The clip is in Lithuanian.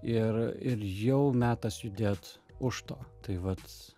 ir ir jau metas judėt už to tai vat